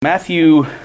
Matthew